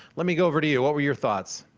let me go over to you. what were your thoughts?